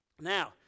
Now